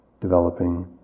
developing